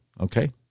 Okay